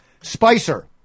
Spicer